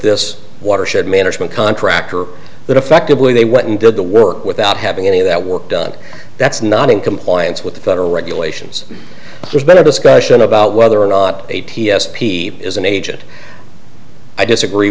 this watershed management contractor that effectively they went and did the work without having any of that work done that's not in compliance with the federal regulations there's been a discussion about whether or not a t s p is an agent i disagree